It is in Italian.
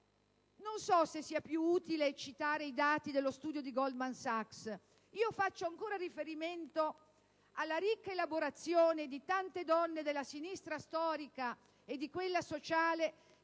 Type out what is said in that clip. Non so se sia più utile citare i dati dello studio di Goldman Sachs, ma voglio fare ancora riferimento alla ricca elaborazione di tante donne della sinistra storica e di quella sociale che